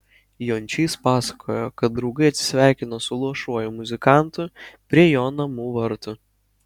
jončys pasakojo kad draugai atsisveikino su luošuoju muzikantu prie jo namų vartų